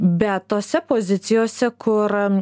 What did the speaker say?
bet tose pozicijose kur